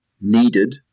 needed